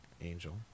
Angel